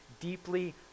deeply